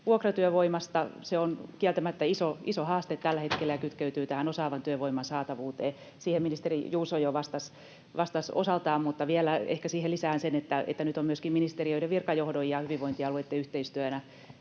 vuokratyövoimasta. Se on kieltämättä iso haaste tällä hetkellä ja kytkeytyy tähän osaavan työvoiman saatavuuteen. Siihen ministeri Juuso jo vastasi osaltaan, mutta vielä ehkä siihen lisään sen, että nyt on myöskin ministeriöiden virkajohdon ja hyvinvointialueitten yhteistyönä